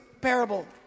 parable